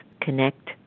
connect